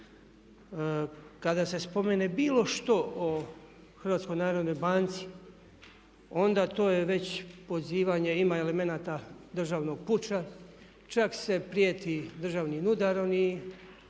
kada se spomene bilo što o HNB-u onda to je već pozivanje, ima elemenata državnog puča, čak se prijeti državnim udarom